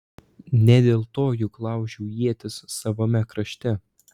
ne dėl to juk laužiau ietis savame krašte